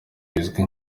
bizwi